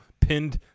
pinned